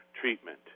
treatment